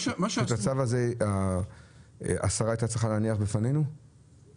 את הצו הזה השרה הייתה צריכה להניח בפנינו לכאורה?